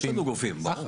יש לנו גופים, ברור.